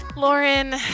Lauren